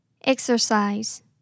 Exercise